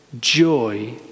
Joy